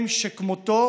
זהו הסכם שכמותו